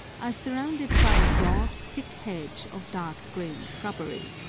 are surrounded by a broad, thick hedge of dark-green shrubbery.